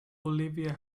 olivia